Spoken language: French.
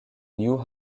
new